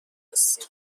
هستیم